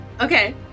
Okay